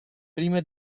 prima